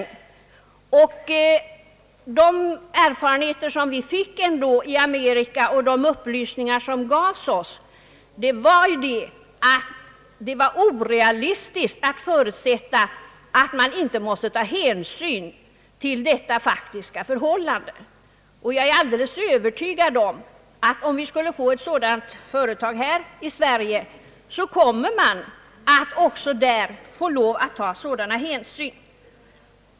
De erfarenheter som statsutskottets fjärde avdelning ändå fick i Amerika och de upplysningar som gavs oss visade att det var orealistiskt att förutsätta, att man inte måste ta hänsyn till detta faktiska förhållande. Om vi skulle få ett sådant företag här i Sverige, är jag övertygad om att man också här får lov att ta sådana hänsyn.